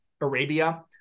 Arabia